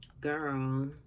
girl